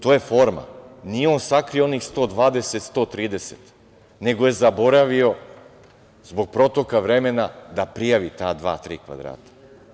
To je forma, nije on sakrio onih 120, 130 nego je zaboravio zbog protoka vremena da prijavi ta dva, tri kvadrata.